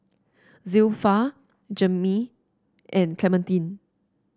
Zilpha Jaimie and Clementine